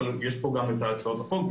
אבל יש פה גם את הצעות החוק,